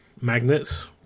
magnets